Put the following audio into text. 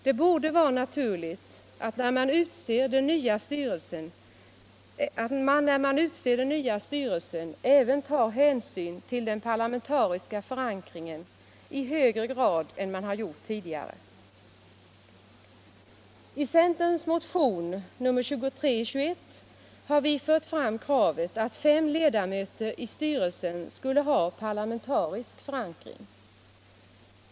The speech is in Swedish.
Det borde vara naturligt att man när man utser den nya styrelsen även tar hänsyn till den parlamentariska förankringen i högre grad än vad man gjort tidigare. I centerns motion nr 2321 har vi fört fram kravet att fem ledamöter i styrelsen bör ha parlamentarisk förankring.